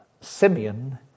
Simeon